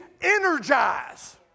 energize